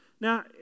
Now